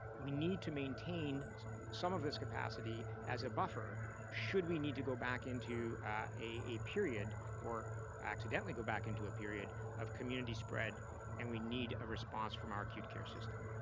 we need to maintain some of this capacity as a buffer should we need to go back into a period or accidentally go back into a period of community spread and we need a response from our acute care system.